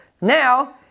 Now